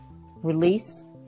release